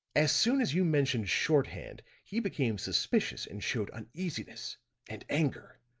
as soon as you mentioned shorthand he became suspicious and showed uneasiness and anger.